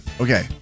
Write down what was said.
Okay